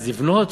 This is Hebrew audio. אז לבנות